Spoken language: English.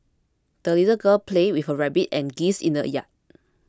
the little girl played with her rabbit and geese in the yard